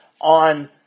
on